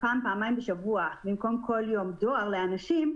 פעם-פעמיים בשבוע במקום כל יום דואר לאנשים,